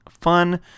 fun